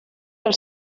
pel